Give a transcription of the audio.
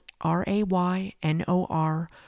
R-A-Y-N-O-R